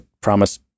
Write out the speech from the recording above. promise